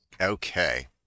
Okay